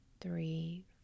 three